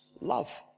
love